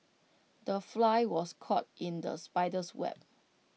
the fly was caught in the spider's web